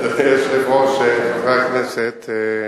אדוני היושב-ראש, חברי הכנסת,